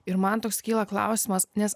ir man toks kyla klausimas nes